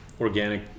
organic